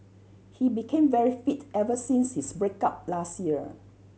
he became very fit ever since his break up last year